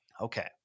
Okay